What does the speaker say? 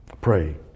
Pray